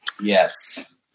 Yes